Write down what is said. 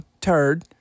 turd